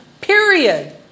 Period